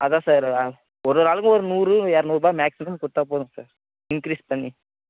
அதான் சார் ஒரு ஒரு ஆளுக்கு ஒரு நூறு இரநூறுவா மேக்ஸிமம் கொடுத்தா போதும் சார் இன்க்ரீஸ் பண்ணி